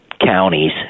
counties